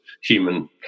human